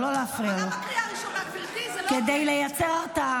לא קראת לי אפילו פעם אחת.